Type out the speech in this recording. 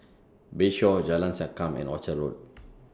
Bayshore Jalan Sankam and Orchard Road